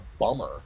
bummer